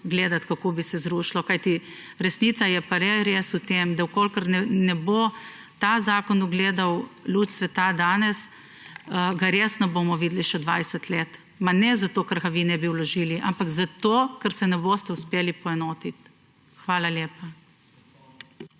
gledati, kako bi se zrušilo. Kajti resnica je pa le res v tem, da če ta zakon ne bo ugledal luči sveta danes, ga res ne bomo videli še 20 let, pa ne zato, ker ga vi ne bi vložili, ampak zato, ker se ne boste uspeli poenotiti. Hvala lepa.